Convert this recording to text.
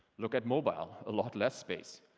look at mobile. a lot less space.